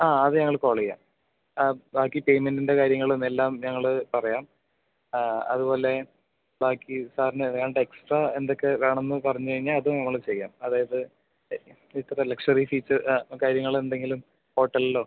ആ അത് ഞങ്ങൾ കോൾ ചെയ്യാം ബാക്കി പേയ്മെന്റിന്റെ കാര്യങ്ങളും എല്ലാം ഞങ്ങൾ പറയാം ആ അതുപോലെ ബാക്കി സാറിന് വേണ്ട എക്സ്ട്രാ എന്തൊക്കെ വേണമെന്നു പറഞ്ഞു കഴിഞ്ഞാൽ അതും ഞങ്ങൾ ചെയ്യാം അതായത് നിങ്ങൾക്കിപ്പോൾ ലക്ഷുറി സീറ്റ് കാര്യങ്ങളെന്തെങ്കിലും ഹോട്ടലിലോ